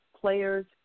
Players